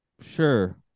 Sure